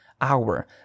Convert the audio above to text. hour